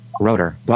rotor